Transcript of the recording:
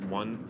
one